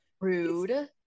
Rude